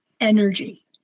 energy